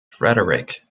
frederick